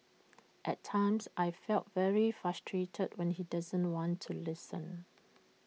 at times I feel very frustrated when he doesn't want to listen